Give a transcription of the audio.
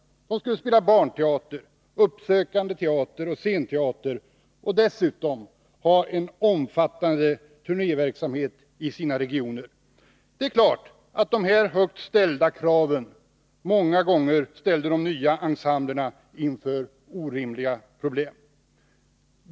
De skulle spela barnteater, uppsökande teater och scenteater och dessutom ha en omfattande turnéverksamhet i sina regioner. Det är klart att de här höga kraven ofta ställde de nya ensemblerna inför orimliga problem.